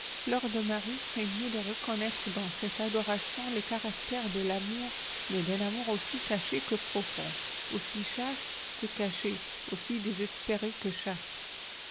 fleur de marie craignait de reconnaître dans cette adoration les caractères de l'amour mais d'un amour aussi caché que profond aussi chaste que caché aussi désespéré que chaste